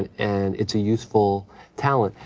and it's a useful talent.